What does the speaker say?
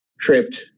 tripped